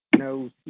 No